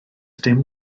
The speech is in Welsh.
dim